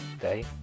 Day